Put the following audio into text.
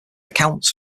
accounts